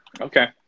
Okay